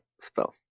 spell